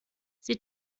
sie